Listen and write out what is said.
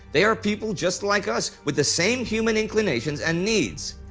they are people just like us, with the same human inclinations and needs',